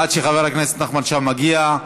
עד שחבר הכנסת נחמן שי מגיע,